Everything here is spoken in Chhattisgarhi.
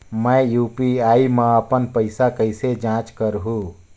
मैं यू.पी.आई मा अपन पइसा कइसे जांच करहु?